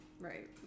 Right